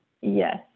Yes